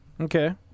Okay